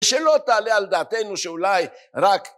שלא תעלה על דעתנו שאולי רק